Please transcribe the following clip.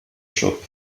shop